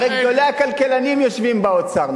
הרי גדולי הכלכלנים יושבים באוצר,